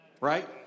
right